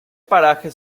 paraje